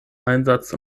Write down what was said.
einsatz